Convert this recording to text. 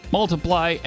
multiply